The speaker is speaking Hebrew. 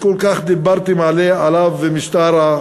שכל כך דיברתם עליו במשטר,